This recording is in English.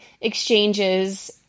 exchanges